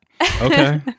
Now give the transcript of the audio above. okay